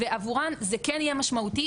ועבורן זה כן יהיה משמעותי.